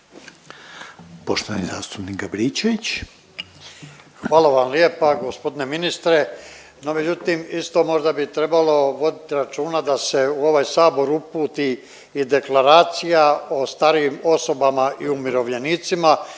Veselko (HSU)** Hvala vam lijepa gospodine ministre, no međutim isto možda bi trebalo voditi računa da se u ovaj sabor uputi i deklaracija o starijim osobama i umirovljenicima.